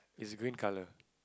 is green colour